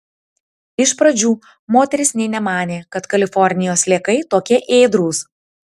iš pradžių moteris nė nemanė kad kalifornijos sliekai tokie ėdrūs